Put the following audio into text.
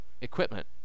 equipment